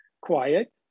quiet